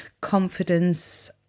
confidence